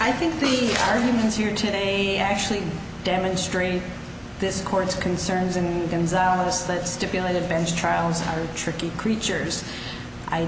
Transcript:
i think the arguments here today actually demonstrate this court's concerns and those that stipulated bench trials are tricky creatures i